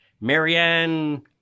Marianne